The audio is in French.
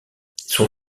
son